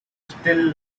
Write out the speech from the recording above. still